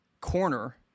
corner